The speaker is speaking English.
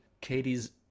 Katie's